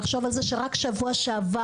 לחשוב על זה שרק שבוע שעבר,